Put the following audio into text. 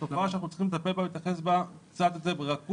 היא תופעה שאנחנו צריכים לטפל בה ולהתייחס אליה קצת יותר ברכות,